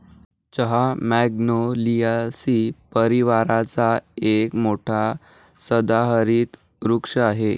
चाफा मॅग्नोलियासी परिवाराचा एक मोठा सदाहरित वृक्ष आहे